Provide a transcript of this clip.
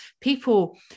people